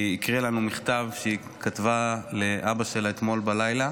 היא הקריאה לנו מכתב שהיא כתבה לאבא שלה אתמול בלילה.